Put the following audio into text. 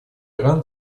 иран